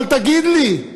אבל תגיד לי,